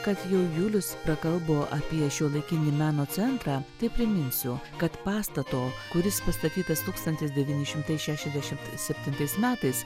kad jau julius prakalbo apie šiuolaikinį meno centrą tai priminsiu kad pastato kuris pastatytas tūkstantis devyni šimtai šešiasdešimt septintais metais